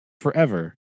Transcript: forever